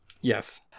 Yes